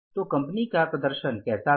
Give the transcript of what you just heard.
तो कंपनी का प्रदर्शन कैसा था